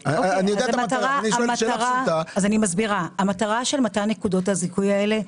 המטרה של מתן נקודות הזיכוי האלה,